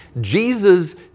Jesus